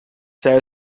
zij